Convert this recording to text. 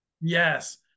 yes